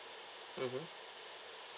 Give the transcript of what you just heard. mmhmm